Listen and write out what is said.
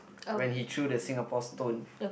when he threw the Singapore stone